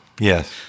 Yes